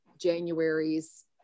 January's